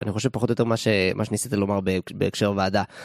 אני חושב פחות או יותר מה שניסית לומר בהקשר ועדה.